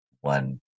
one